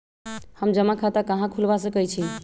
हम जमा खाता कहां खुलवा सकई छी?